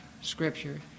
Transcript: scripture